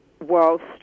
whilst